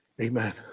amen